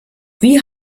wie